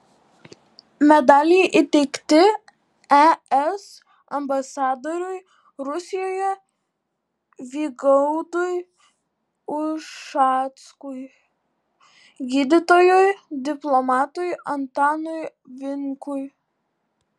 medaliai įteikti es ambasadoriui rusijoje vygaudui ušackui gydytojui diplomatui antanui vinkui